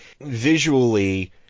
visually